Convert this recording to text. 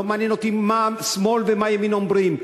לא מעניין אותי מה שמאל ומה ימין אומרים,